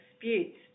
disputes